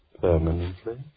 ...permanently